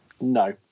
No